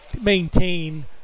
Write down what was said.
maintain